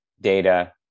data